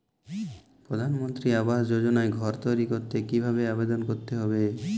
প্রধানমন্ত্রী আবাস যোজনায় ঘর তৈরি করতে কিভাবে আবেদন করতে হবে?